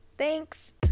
Thanks